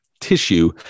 tissue